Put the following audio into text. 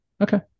Okay